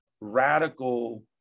Radical